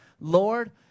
Lord